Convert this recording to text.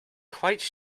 quite